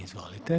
Izvolite.